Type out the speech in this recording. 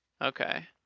Okay